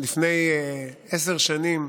לפני עשר שנים